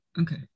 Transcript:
Okay